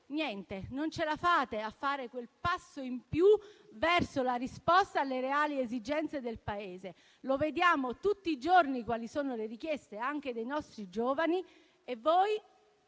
scuole, non ce la fate a fare quel passo in più verso la risposta alle reali esigenze del Paese. Vediamo tutti i giorni quali sono le richieste dei nostri giovani e voi